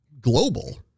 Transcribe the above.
global